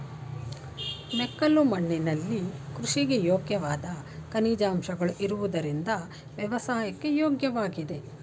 ಮೆಕ್ಕಲು ಮಣ್ಣಿನಲ್ಲಿ ಕೃಷಿಗೆ ಯೋಗ್ಯವಾದ ಖನಿಜಾಂಶಗಳು ಇರುವುದರಿಂದ ವ್ಯವಸಾಯಕ್ಕೆ ಯೋಗ್ಯವಾಗಿದೆ